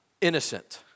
innocent